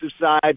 side